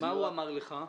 מה הוא אמר לך?